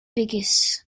biggest